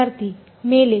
ವಿದ್ಯಾರ್ಥಿ ಮೇಲೆ